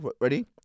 Ready